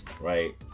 right